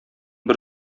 бер